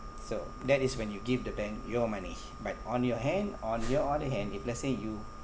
so that is when you give the bank your money but on your hand on your other hand if let's say you